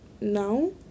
now